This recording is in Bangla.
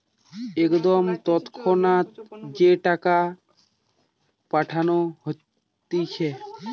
একদম তৎক্ষণাৎ যে টাকা পাঠানো হতিছে